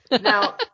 Now